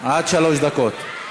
עד שלוש דקות.